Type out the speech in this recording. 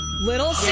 little